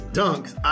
dunks